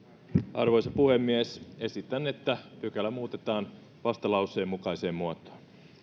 arvoisa puhemies esitän että pykälä muutetaan vastalauseen mukaiseen muotoon